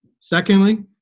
Secondly